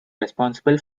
responsible